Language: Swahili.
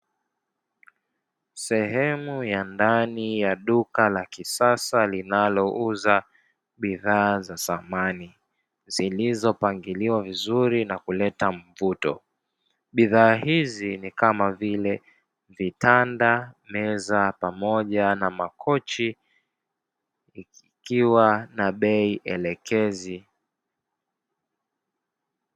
Sehemu ya ndani ya duka la kisasa linalouza bidhaa za samani zilizopangiliwa vizuri na kuleta mvuto, bidhaa hizo ni kamavile vitanda, meza pamoja na makochi ikiwa na bei elekezi.